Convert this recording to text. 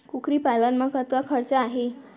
कुकरी पालन म कतका खरचा आही?